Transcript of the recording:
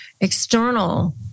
external